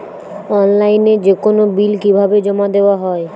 অনলাইনে যেকোনো বিল কিভাবে জমা দেওয়া হয়?